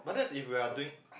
but that's if we're doing